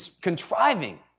contriving